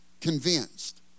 convinced